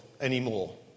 anymore